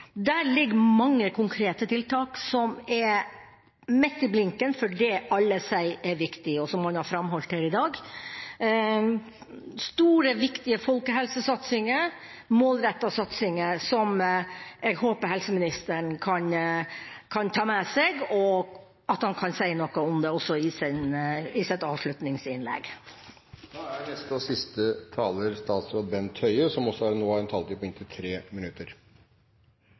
Der ligger det mange konkrete tiltak, som er midt i blinken for det alle sier er viktig, og som man har framholdt i dag – store, viktige folkehelsesatsinger, målrettede satsinger som jeg håper helseministeren kan ta med seg og si noe om i sitt avslutningsinnlegg. Jeg takker for en god og nyttig debatt. Også i denne debatten har det vært forsøk på å skape en konflikt mellom offentlige og private på